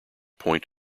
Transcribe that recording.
point